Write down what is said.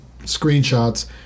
screenshots